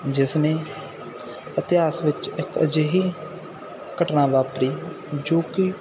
ਜਿਸ ਨੇ ਇਤਿਹਾਸ ਵਿੱਚ ਇੱਕ ਅਜਿਹੀ ਘਟਨਾ ਵਾਪਰੀ ਜੋ ਕਿ